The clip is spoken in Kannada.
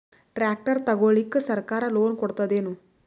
ಟ್ರ್ಯಾಕ್ಟರ್ ತಗೊಳಿಕ ಸರ್ಕಾರ ಲೋನ್ ಕೊಡತದೇನು?